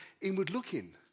inward-looking